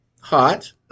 hot